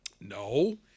No